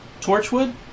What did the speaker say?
Torchwood